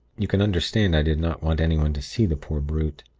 you can understand i did not want anyone to see the poor brute.